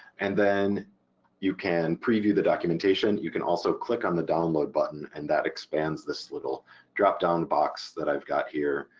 and then you can preview the documentation you can also click on the download button and that expands this little drop down box that i've got here,